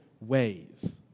ways